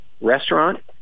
restaurant